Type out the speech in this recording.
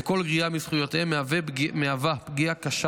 וכל גריעה מזכויותיהם מהווה פגיעה קשה